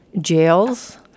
jails